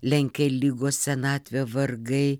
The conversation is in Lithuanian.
lenkia ligos senatvę vargai